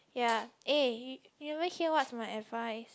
ya eh you you never hear what's my advice